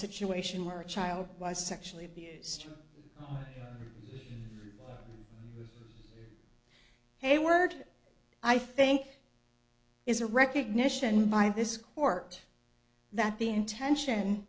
situation where a child was sexually abused hayward i think is a recognition by this court that the intention